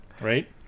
right